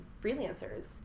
freelancers